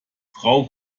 frau